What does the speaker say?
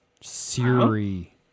Siri